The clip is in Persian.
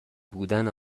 بودن